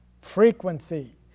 frequency